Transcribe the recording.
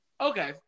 Okay